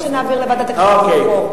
או שנעביר לוועדת הכנסת לבחור?